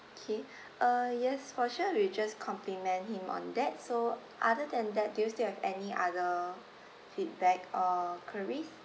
okay uh yes for sure we'll just compliment him on that so other than that do you still have any other feedback or queries